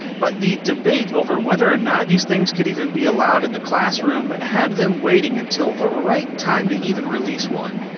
but, the debate over whether or not these things could even be allowed in the classroom had them waiting until the right time to even release one.